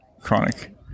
Chronic